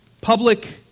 public